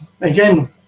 again